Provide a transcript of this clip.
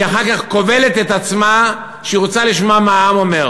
והיא אחר כך כובלת את עצמה שהיא רוצה לשמוע מה העם אומר.